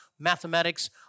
Mathematics